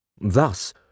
Thus